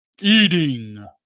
Eating